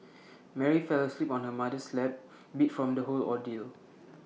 Mary fell asleep on her mother's lap beat from the whole ordeal